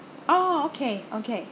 orh okay okay